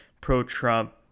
pro-Trump